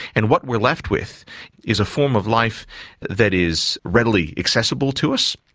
and what we're left with is a form of life that is readily accessible to us,